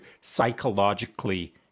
psychologically